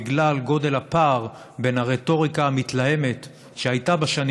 מגודל הפער בין הרטוריקה המתלהמת שהייתה בשנים